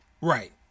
Right